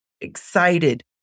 excited